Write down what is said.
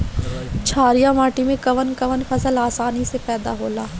छारिया माटी मे कवन कवन फसल आसानी से पैदा होला?